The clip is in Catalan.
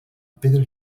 pedra